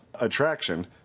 attraction